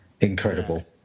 incredible